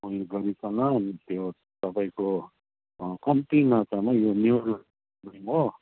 अनि त्यो तपाईँको कम्ती मात्रामा यो न्युरो हो